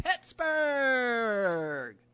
Pittsburgh